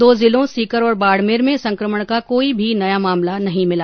दो जिलों सीकर और बाड़मेर में संकमण का कोई भी नया मामला नहीं मिला